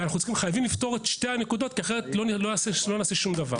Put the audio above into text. ואנחנו חייבים לפתור את שתי הנקודות כי אחרת לא נעשה שום דבר.